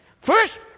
First